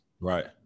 right